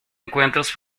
encuentros